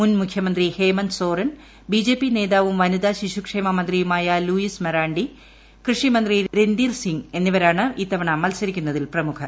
മുൻ മുഖ്യമന്ത്രി ഹേമന്ദ് സോറൻ ബിജെപി നേതാവും വനിതാ ശിശുക്ഷേമമന്ത്രിയുമായ ലൂയിസ് മറാണ്ടി കൃഷിമന്ത്രി രന്ദീർ സിങ് എന്നിവരാണ് ഇത്തവണ മത്സരിക്കുന്നതിൽ പ്രമുഖർ